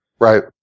Right